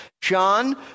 John